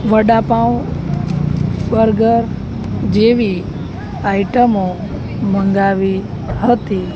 vada pav burger જેવી આઇટમો મંગાવી હતી